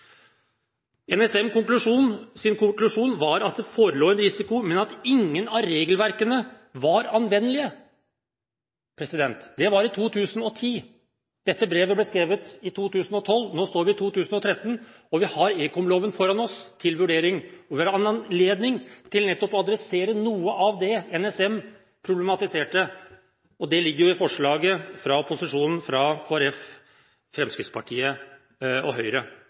konklusjon var at det forelå en risiko, men at ingen av regelverkene var anvendelige.» Det var i 2010. Dette brevet ble skrevet i 2012. Nå er vi i 2013, og vi har ekomloven foran oss til vurdering. Vi har en anledning til nettopp å adressere noe av det NSM problematiserte. Det foreligger et forslag fra opposisjonen, fra Kristelig Folkeparti, Fremskrittspartiet og Høyre,